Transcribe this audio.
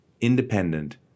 independent